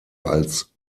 als